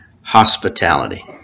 hospitality